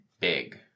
big